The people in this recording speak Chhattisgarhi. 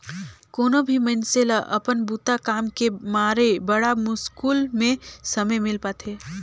कोनो भी मइनसे ल अपन बूता काम के मारे बड़ा मुस्कुल में समे मिल पाथें